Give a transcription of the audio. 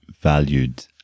valued